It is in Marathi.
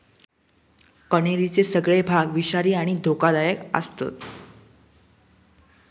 कण्हेरीचे सगळे भाग विषारी आणि धोकादायक आसतत